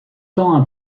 temps